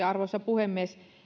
arvoisa puhemies